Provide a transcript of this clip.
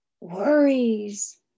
worries